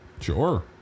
Sure